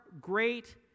great